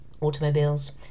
automobiles